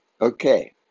Okay